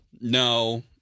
no